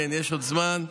יש עוד זמן.